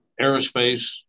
aerospace